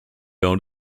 owned